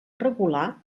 regular